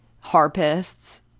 harpists